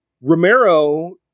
Romero